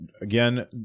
Again